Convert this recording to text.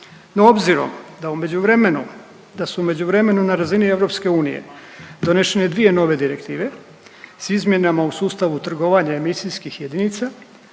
da su u međuvremenu na razini EU donešene dvije nove direktivne s izmjenama u sustavu trgovanja emisijskih jedinica